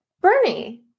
Bernie